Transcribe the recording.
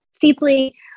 deeply